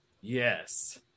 yes